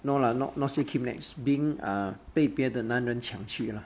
no lah not not kidnap is being err 被别的男人抢去 lah